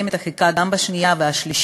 את החקיקה גם בקריאה השנייה והשלישית